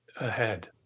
ahead